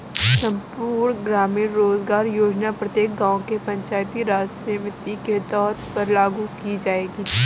संपूर्ण ग्रामीण रोजगार योजना प्रत्येक गांव के पंचायती राज समिति के तौर पर लागू की जाएगी